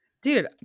dude